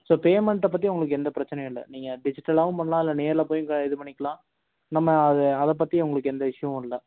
so பேமெண்ட்டை பற்றி உங்களுக்கு எந்த பிரச்சனையும் இல்லை நீங்கள் டிஜிட்டலாகவும் பண்ணலாம் இல்லை நேரில் போயும் கா இது பண்ணிக்கலாம் நம்ம அதை அதை பற்றி உங்களுக்கு எந்த இஷ்யூவும் இல்லை